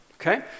Okay